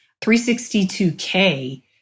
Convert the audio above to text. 362K